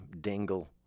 Dingle